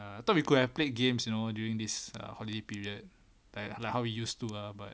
I thought we could have played games you know during this err holiday period like like how he used to lah but